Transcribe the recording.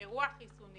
אירוע החיסונים